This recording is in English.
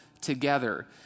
together